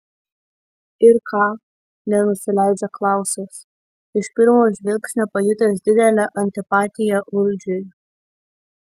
ir ką nenusileidžia klausas iš pirmo žvilgsnio pajutęs didelę antipatiją uldžiui